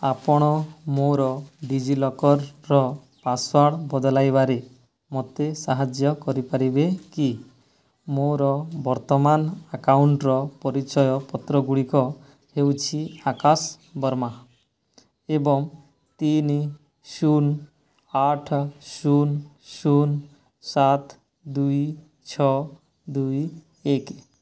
ଆପଣ ମୋର ଡିଜିଲକର୍ର ପାସୱାର୍ଡ଼୍ ବଦଲାଇବାରେ ମୋତେ ସାହାଯ୍ୟ କରିପାରିବେ କି ମୋର ବର୍ତ୍ତମାନ ଆକାଉଣ୍ଟ୍ର ପରିଚୟପତ୍ରଗୁଡ଼ିକ ହେଉଛି ଆକାଶ ବର୍ମା ଏବଂ ତିନି ଶୂନ ଆଠ ଶୂନ ଶୂନ ସାତ ଦୁଇ ଛଅ ଦୁଇ ଏକ